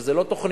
וזה לא תוכניות,